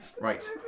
right